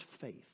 faith